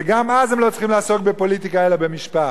וגם אז הם לא צריכים לעסוק בפוליטיקה, אלא במשפט.